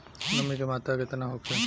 नमी के मात्रा केतना होखे?